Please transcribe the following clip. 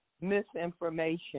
misinformation